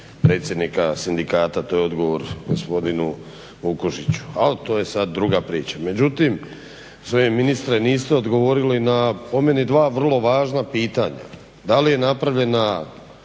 predsjednika sindikata. To je odgovor gospodinu Vukšiću, ali to je sad druga priča. Međutim, ministre niste odgovorili na po meni dva vrlo važna pitanja. Da li je napravljena